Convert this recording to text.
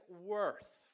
worth